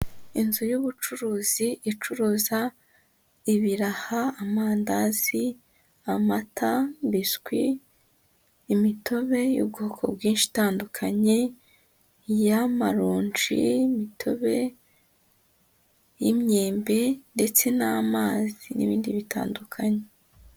Inzu y'ubucuruzi icuruza ibiraha, amandazi, amata, biswi, imitobe y'ubwoko bwinshi itandukanye, iy'amaronji, imitobe y'imyembe ndetse n'amazi n'ibindi bitandukanye.